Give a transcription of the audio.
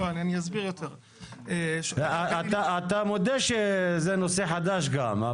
אתה מודה שהבקשה הזאת זה נושא חדש?